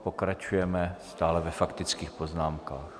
Pokračujeme stále ve faktických poznámkách.